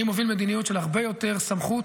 אני מוביל מדיניות של הרבה יותר סמכות,